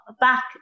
back